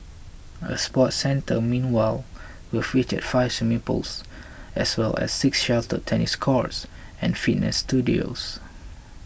a sports centre meanwhile will feature five swimming pools as well as six sheltered tennis courts and fitness studios